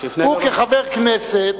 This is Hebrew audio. הוא כחבר הכנסת